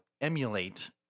emulate